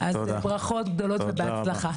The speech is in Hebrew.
ברכות גדולות ובהצלחה.